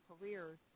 careers